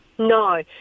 No